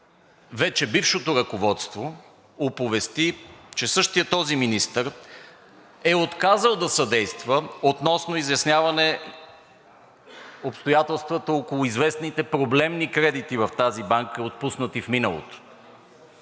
вече бившето ръководство оповести, че същият този министър е отказал да съдейства относно изясняване обстоятелствата около известните проблемни кредити в тази банка, отпуснати в миналото.